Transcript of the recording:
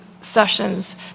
sessions